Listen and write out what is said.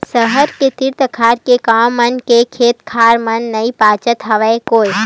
सहर के तीर तखार के गाँव मन के खेत खार मन नइ बाचत हवय गोय